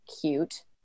cute